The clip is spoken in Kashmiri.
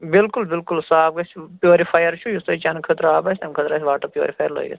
بلکل بلکل صاف گژھہِ پیٛورِفایر چھُ یُس تۄہہِ چَیٚنہٕ خٲطرٕ آب آسہِ تَمہِ خٲطرٕ آسہِ واٹر پیٛورِفایر لٲگِتھ